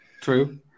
true